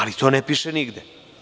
Ali, to ne piše nigde.